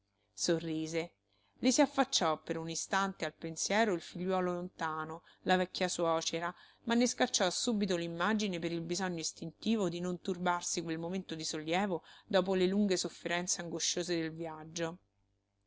sorrise le si affacciò per un istante al pensiero il figliuolo lontano la vecchia suocera ma ne scacciò subito l'immagine per il bisogno istintivo di non turbarsi quel momento di sollievo dopo le lunghe sofferenze angosciose del viaggio